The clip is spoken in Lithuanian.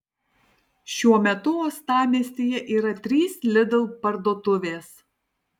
šiuo metu uostamiestyje yra trys lidl parduotuvės